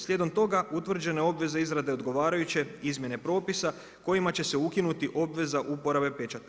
Slijedom toga utvrđene obveze izrade odgovarajuće izmjene propisa kojima će se ukinuti obveza uporabe pečata.